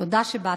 תודה שבאתם.